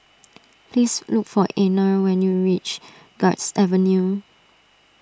please look for Anner when you reach Guards Avenue